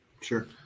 Sure